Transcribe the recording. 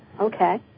Okay